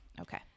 okay